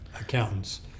accountants